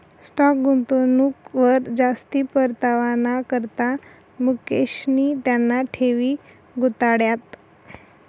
stock गुंतवणूकवर जास्ती परतावाना करता मुकेशनी त्याना ठेवी गुताड्यात